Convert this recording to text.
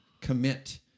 commit